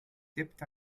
dipped